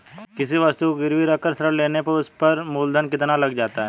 किसी वस्तु को गिरवी रख कर ऋण लेने पर उस पर मूलधन कितना लग जाता है?